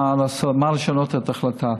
ומה לעשות, מה לשנות בהחלטה.